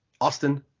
Austin